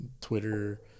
Twitter